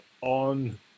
on